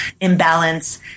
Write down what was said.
imbalance